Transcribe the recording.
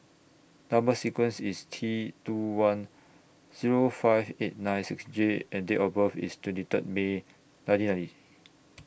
Number sequence IS T two one Zero five eight nine six J and Date of birth IS twenty Third May nineteen ninety